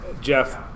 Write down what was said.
Jeff